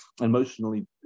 emotionally